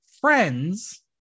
friends